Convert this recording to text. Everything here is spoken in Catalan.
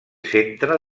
centre